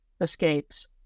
escapes